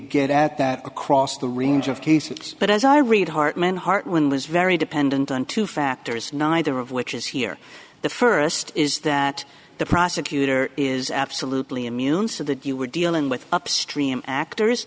get at that across the range of cases but as i read hartmann heart win was very dependent on two factors neither of which is here the first is that the prosecutor is absolutely immune so that you were dealing with upstream actors